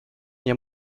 nie